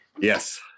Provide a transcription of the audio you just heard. Yes